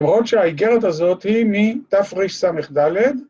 ‫למרות שהאיגרת הזאת ‫היא מתרס"ד,